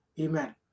Amen